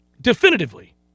Definitively